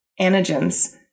antigens